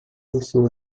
isso